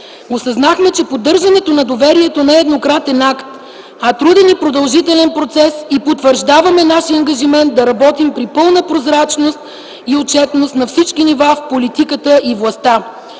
Осъзнахме, че поддържането на доверието не е еднократен акт, а труден и продължителен процес и потвърждаваме нашия ангажимент да работим при пълна прозрачност и отчетност на всички нива в политиката и властта.